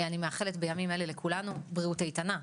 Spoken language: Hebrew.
אני מאחלת בימים אלה לכולנו בריאות איתנה,